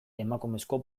emakumezko